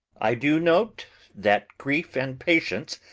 i do note that grief and patience,